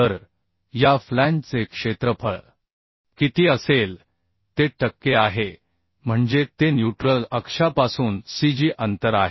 तर या फ्लॅंजचे क्षेत्रफळ किती असेल ते टक्के आहे म्हणजे ते न्यूट्रल अक्षापासून cg अंतर आहे